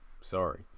Sorry